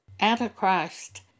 Antichrist